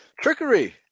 trickery